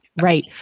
right